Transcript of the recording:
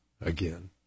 again